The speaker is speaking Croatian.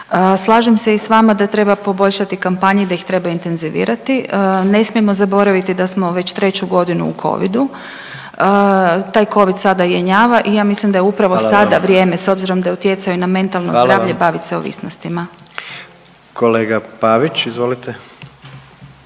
Slažem se i s vama da treba poboljšati kampanje, da ih treba intenzivirati. Ne smijemo zaboraviti da smo već treću godinu u Covidu. Taj Covid sada jenjava i ja mislim da je upravo sada …/Upadica: Hvala vam./… vrijeme s obzirom da je utjecao i na mentalno zdravlje …/Upadica: Hvala vam./… bavit